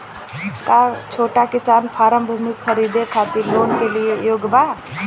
का छोटा किसान फारम भूमि खरीदे खातिर लोन के लिए योग्य बा?